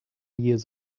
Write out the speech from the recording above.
years